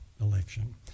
election